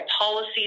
policies